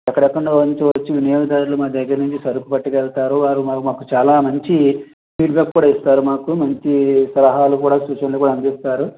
ఎక్కడెక్కడి నుంచో వచ్చి వినియోగదారులు మా దగ్గర నుంచి సరుకు పట్టుకెళ్తారు వారు మా మాకు చాలా మంచి ఫీడ్బ్యాక్ కూడా ఇస్తారు మాకు మంచి సలహాలు కూడా సూచనలు కూడా అందిస్తారు